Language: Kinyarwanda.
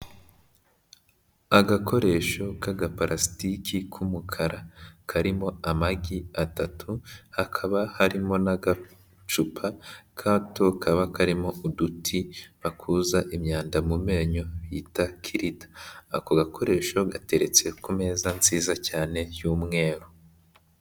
Agakoresho k'agapalasitiki k'umukara karimo amagi atatu hakaba harimo n'agacupa gato kaba karimo uduti bakuza imyanda mu menyo bita kirida ako gakoresho gateretse ku meza nziza cyane y'umweru.